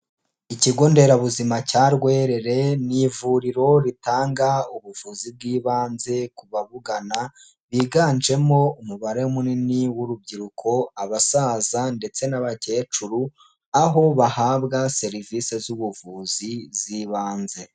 Ikigo nderabuzima cya Rwerere ni ivuriro ritanga ubuvuzi bw'ibanze ku babugana, biganjemo umubare munini w'urubyiruko, abasaza ndetse n'abakecuru, aho bahabwa serivisi z'ubuvuzi z'ibanze.